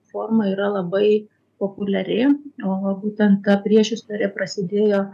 forma yra labai populiari o būtent ta priešistorė prasidėjo